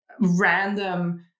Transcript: random